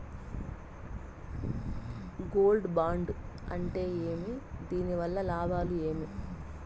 Gold bond అంటే ఏమి? దీని వల్ల లాభాలు ఏమి?